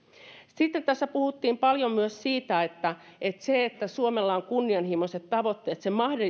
sitten tässä puhuttiin paljon myös siitä että että se että suomella on kunnianhimoiset tavoitteet